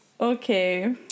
Okay